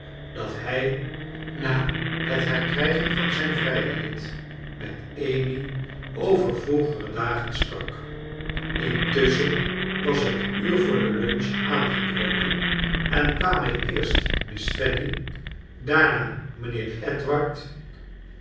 dat hij na het herkrijgen van zijn vrijheid met amy over vroegere dagen sprak intusschen was het uur voor de lunch aangebroken en kwamen eerst miss fanny daarna mijnheer edward